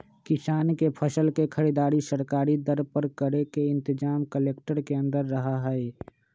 किसान के फसल के खरीदारी सरकारी दर पर करे के इनतजाम कलेक्टर के अंदर रहा हई